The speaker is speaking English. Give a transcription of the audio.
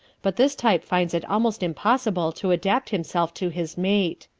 but this type finds it almost impossible to adapt himself to his mate.